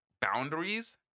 boundaries